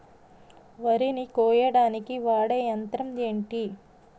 వరి ని కోయడానికి వాడే యంత్రం ఏంటి?